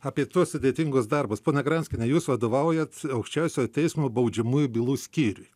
apie tuos sudėtingus darbus ponia granskiene jūs vadovaujat aukščiausiojo teismo baudžiamųjų bylų skyriui